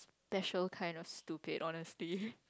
that show kind of stupid honestly